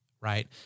right